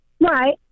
Right